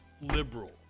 liberal